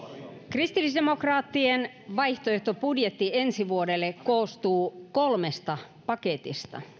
kristillisdemokraattien vaihtoehtobudjetti ensi vuodelle koostuu kolmesta paketista